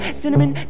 cinnamon